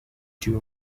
two